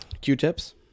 Q-tips